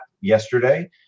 yesterday